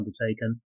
undertaken